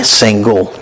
single